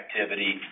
activity